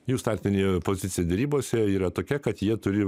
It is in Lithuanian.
jų startinė pozicija derybose yra tokia kad jie turi